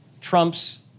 trumps